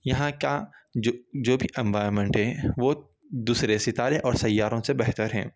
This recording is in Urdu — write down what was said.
یہاں کا جو جو بھی انوائرنمنٹ ہے وہ دوسرے ستارے اور سیاروں سے بہتر ہے